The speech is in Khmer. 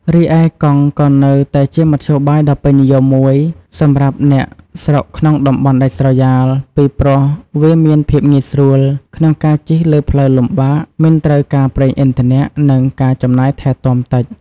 រីឯ កង់ក៏នៅតែជាមធ្យោបាយដ៏ពេញនិយមមួយសម្រាប់អ្នកស្រុកក្នុងតំបន់ដាច់ស្រយាល ពីព្រោះវាមានភាពងាយស្រួលក្នុងការជិះលើផ្លូវលំបាក មិនត្រូវការប្រេងឥន្ធនៈ និងការចំណាយថែទាំតិច។